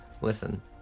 listen